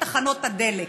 תחנות הדלק.